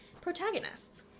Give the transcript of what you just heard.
protagonists